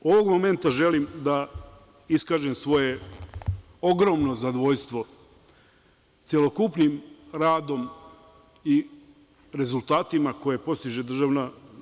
Ovog momenta želim da iskažem svoje ogromno zadovoljstvo celokupnim radom i rezultatima koje postiže DRI.